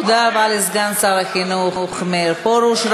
תודה רבה לסגן שר החינוך מאיר פרוש.